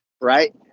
right